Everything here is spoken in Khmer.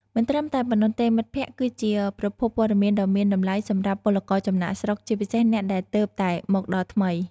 មិនត្រឹមតែប៉ុណ្ណោះទេមិត្តភក្តិគឺជាប្រភពព័ត៌មានដ៏មានតម្លៃសម្រាប់ពលករចំណាកស្រុក ជាពិសេសអ្នកដែលទើបតែមកដល់ថ្មី ។